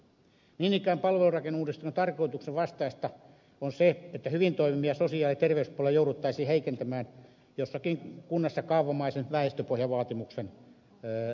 niin ikään palvelurakenneuudistuksen tarkoituksen vastaista on se että hyvin toimivia sosiaali ja terveyspalveluita jouduttaisiin heikentämään jossakin kunnassa kaavamaisen väestöpohjavaatimuksen johdosta